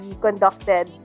conducted